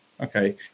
Okay